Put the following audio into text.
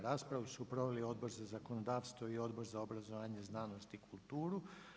Raspravu su proveli Odbor za zakonodavstvo i Odbor za obrazovanje, znanosti i kulturu.